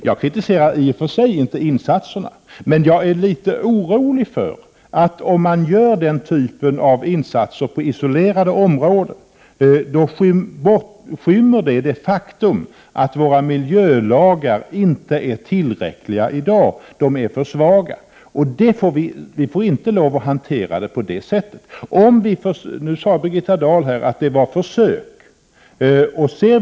Jag klandrar i och för sig inte insatserna, men jag är litet orolig för att om man gör den typen av insatser på isolerade områden, så skymmer det det faktum att våra miljölagar inte är tillräckliga i dag; de är för svaga. Vi får inte lov att hantera den här frågan på det sättet. Birgitta Dahl sade här att det är fråga om försök.